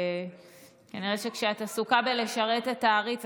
כנראה שכשאת עסוקה בלשרת את העריץ,